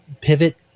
pivot